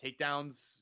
takedowns